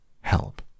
Help